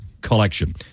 collection